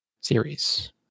series